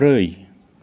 ब्रै